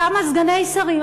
כמה סגני שרים?